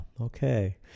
Okay